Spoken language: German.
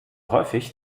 häufig